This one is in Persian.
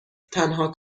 تنها